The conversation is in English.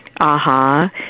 aha